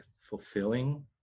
fulfilling